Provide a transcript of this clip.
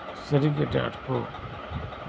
ᱥᱟᱹᱨᱤᱜᱮ ᱟᱹᱰᱤ ᱟᱸᱴ ᱠᱚ